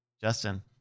Justin